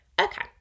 Okay